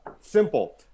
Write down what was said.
Simple